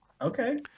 Okay